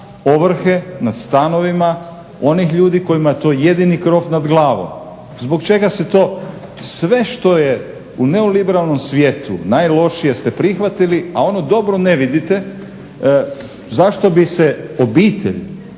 ovrhe nad stanovima onih ljudi kojima je to jedini krov nad glavom. Zbog čega se to sve što je u neoliberalnom svijetu najlošije ste prihvatili, a ono dobro ne vidite. Zašto bi se obitelj,